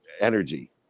energy